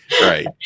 Right